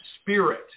Spirit